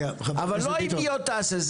אבל לא: היא עוד תעשה.